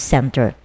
Center